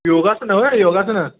योगासनं हो योगासनं